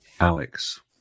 Alex